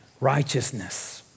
righteousness